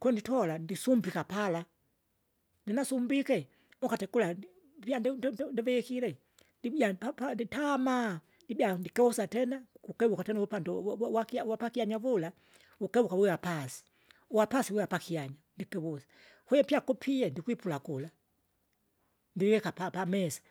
konitola ndisumbika pala, ndinasumbika, ndinasumbile ukati kula ndipya ndi- ndi- ndivikile. Ndibia mpapa nditama, ndibya ndikosa tena, kukivuka kukivuka tena uvupande uwuwu wakya wapakyanya vula, ukewuka wiya pasi, wapasi wapakyanya, mbikiwuse, kwahiyo pyakupie ndikwipula kula, ndivika pa- pamesa.